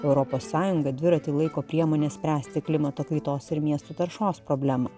europos sąjunga dviratį laiko priemone spręsti klimato kaitos ir miestų taršos problemą